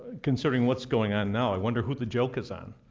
concerning what's going on now, i wonder who the joke is on.